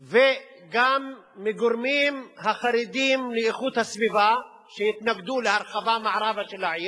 וגם מגורמים החרדים לאיכות הסביבה שהתנגדו להרחבה מערבה של העיר,